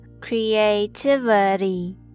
creativity